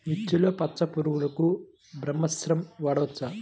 మిర్చిలో పచ్చ పురుగునకు బ్రహ్మాస్త్రం వాడవచ్చా?